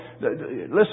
Listen